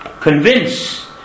Convince